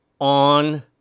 on